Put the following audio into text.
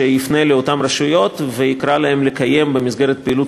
שיפנה לאותן רשויות ויקרא להן לקיים במסגרת פעילות